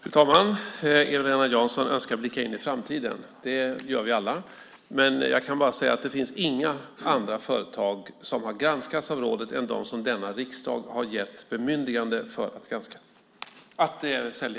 Fru talman! Eva-Lena Jansson önskar blicka in i framtiden. Det gör vi alla. Jag kan bara säga att inga andra företag granskats av rådet än de som denna riksdag gett bemyndigande att sälja.